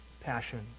passion